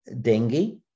dengue